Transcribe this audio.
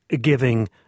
giving